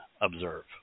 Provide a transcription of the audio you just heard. observe